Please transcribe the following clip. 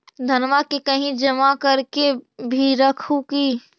धनमा के कहिं जमा कर के भी रख हू की?